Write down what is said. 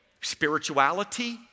Spirituality